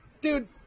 dude